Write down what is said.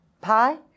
pie